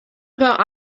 about